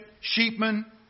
sheepman